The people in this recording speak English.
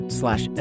slash